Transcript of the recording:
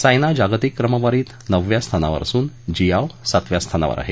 सायना जागतिक क्रमवारीत नवव्या स्थानावर असून जियाव सातव्या स्थानावर आहे